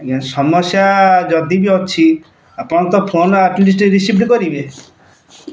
ଆଜ୍ଞା ସମସ୍ୟା ଯଦି ବି ଅଛି ଆପଣ ତ ଫୋନ୍ ଆଟ୍ଲିଷ୍ଟ ରିସିଭ୍ କରିବେ